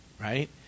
Right